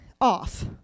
off